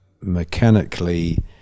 mechanically